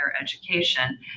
education